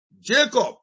Jacob